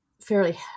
fairly